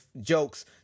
jokes